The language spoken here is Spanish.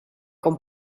con